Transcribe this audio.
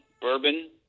bourbon